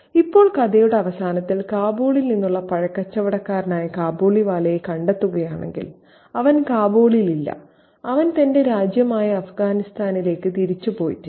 ഇപ്പോൾ കഥയുടെ അവസാനത്തിൽ കാബൂളിൽ നിന്നുള്ള പഴക്കച്ചവടക്കാരനായ കാബൂളിവാലയെ കണ്ടെത്തുകയാണെങ്കിൽ അവൻ കാബൂളിൽ ഇല്ല അവൻ തന്റെ രാജ്യമായ അഫ്ഗാനിസ്ഥാനിലേക്ക് തിരിച്ചുപോയിട്ടില്ല